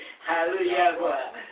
Hallelujah